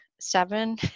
seven